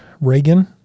Reagan